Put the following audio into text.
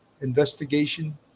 investigation